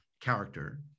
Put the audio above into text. character